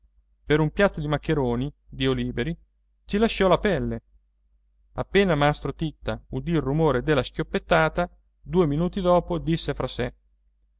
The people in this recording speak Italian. per un piatto di maccheroni dio liberi ci lasciò la pelle appena mastro titta udì il rumore della schioppettata due minuti dopo disse fra sé